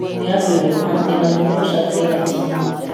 Ino iaby reo hany tena mora no sady tena tianao?